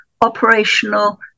operational